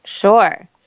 Sure